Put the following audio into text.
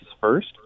first